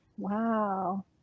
wow